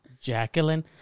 Jacqueline